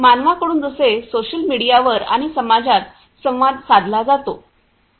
मानवाकडून जसे सोशल मीडियावर आणि समाजात संवाद साधला जातो